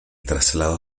traslado